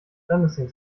brennesseln